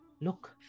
look